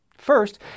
First